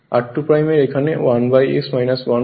r2 এর এখানে 1 s 1 হবে